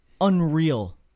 unreal